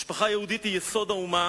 משפחה יהודית היא יסוד האומה,